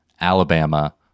Alabama